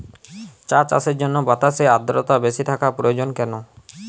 চা চাষের জন্য বাতাসে আর্দ্রতা বেশি থাকা প্রয়োজন কেন?